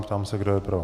Ptám se, kdo je pro.